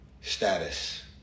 status